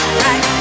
right